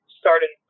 started